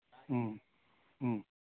ꯑꯥ ꯑꯥ